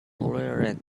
tolerated